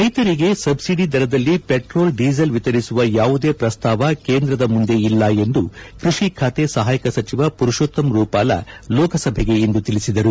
ರೈತರಿಗೆ ಸಬ್ಲಡಿ ದರದಲ್ಲಿ petrol diesel ವಿತರಿಸುವ ಯಾವುದೇ ಪ್ರಸ್ತಾವ ಕೇಂದ್ರದ ಮುಂದೆ ಇಲ್ಲ ಎಂದು ಕೃಷಿ ಖಾತೆ ಸಹಾಯಕ ಸಚಿವ ಪರುಶೋತ್ತಮ್ ರೂಪಾಲ ಲೋಕಸಭೆಗೆ ಇಂದು ತಿಳಿಸಿದರು